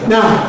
Now